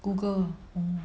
Google mm